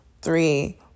three